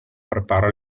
prepara